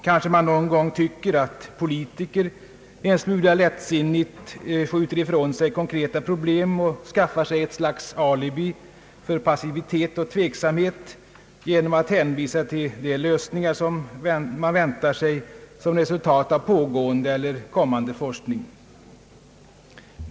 Kanske tycker man någon gång att politiker en smula lättsinnigt skjuter ifrån sig konkreta problem och skaffar sig ett slags alibi för passivitet och tveksamhet genom att hänvisa till de lösningar som man väntar sig som resultat av pågående eller kommande forskning.